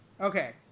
Okay